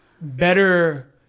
better